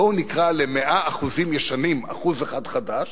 בואו נקרא ל-100% ישנים, 1% חדש,